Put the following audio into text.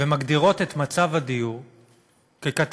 ומגדירות את מצב הדיור כקטסטרופה,